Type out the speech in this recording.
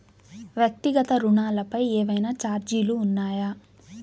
వ్యక్తిగత ఋణాలపై ఏవైనా ఛార్జీలు ఉన్నాయా?